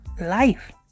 life